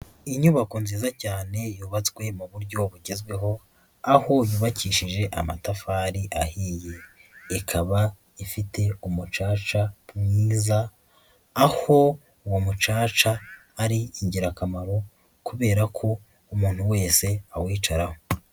Inyubako nziza cyane yubatswe mu buryo bugezweho, aho yubakishije amatafari ahiye. Ikaba ifite umucaca mwiza, aho uwo mucaca ari ingirakamaro kubera ko umuntu wese awicaraho.